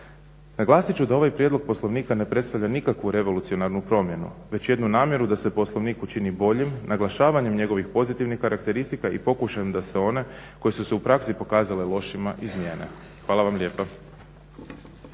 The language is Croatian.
naglasit ću da ovaj prijedlog poslovnika ne predstavlja nikakvu revolucionarnu promjenu već jednu namjeru da se poslovnik učini boljim, naglašavanjem njegovih pozitivnih karakteristika i pokušajem da se one koje su se u praksi pokazale lošima izmijene. Hvala vam lijepa.